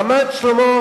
רמת-שלמה,